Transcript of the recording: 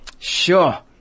Sure